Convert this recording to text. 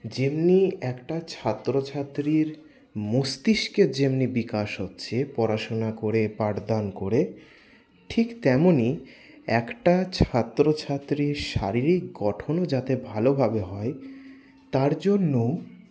যেমনি একটা ছাত্রছাত্রীর মস্তিষ্কে যেমনি বিকাশ হচ্ছে পড়াশোনা করে পাঠদান করে ঠিক তেমনই একটা ছাত্রছাত্রীর শারীরিক গঠনও যাতে ভালোভাবে হয় তার জন্যও